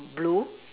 blue